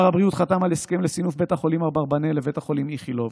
שר הבריאות חתם על הסכם לסינוף בית החולים אברבנאל לבית החולים איכילוב,